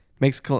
makes